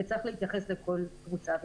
וצריך להתייחס לכל קבוצה וקבוצה.